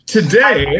Today